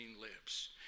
lips